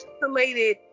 related